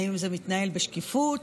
האם זה מתנהל בשקיפות?